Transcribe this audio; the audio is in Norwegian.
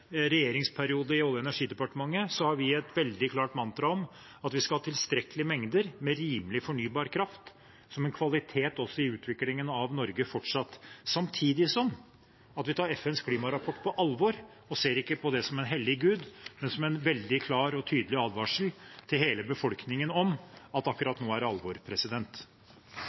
regjeringsperiode i Olje- og energidepartementet, har vi et veldig klart mantra om at vi fortsatt skal ha tilstrekkelige mengder med rimelig, fornybar kraft som en kvalitet også i utviklingen av Norge – samtidig som vi tar FNs klimarapport på alvor og ikke ser på det som en hellig gud, men som en veldig klar og tydelig advarsel til hele befolkningen om at akkurat nå er det alvor.